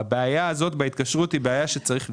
את הבעיה הזאת בהתקשרות צריך לפתור.